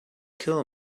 kill